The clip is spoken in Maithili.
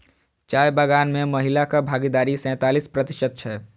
चाय बगान मे महिलाक भागीदारी सैंतालिस प्रतिशत छै